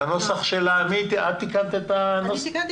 אני תיקנתי את הנוסח,